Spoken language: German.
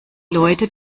leute